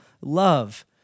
love